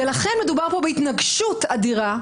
ולכן מדובר פה בהתנגשות אדירה,